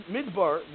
Midbar